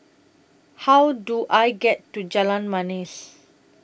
How Do I get to Jalan Manis